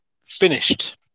finished